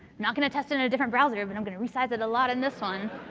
not going to test it in a different browser, but i'm gonna resize it a lot in this one.